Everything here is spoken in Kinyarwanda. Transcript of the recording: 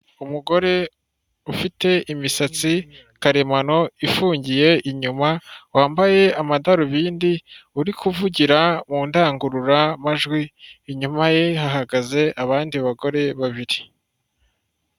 Umugore ufite imisatsi karemano ifungiye inyuma, wambaye amadarubindi uri kuvugira mu ndangurura majwi, inyuma ye hahagaze abandi bagore babiri.